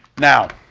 now,